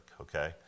okay